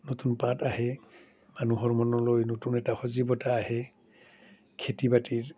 নতুন পাত আহে মানুহৰ মনলৈ নতুন এটা সজীৱতা আহে খেতি বাতিৰ